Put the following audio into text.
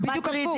זה בדיוק הפוך.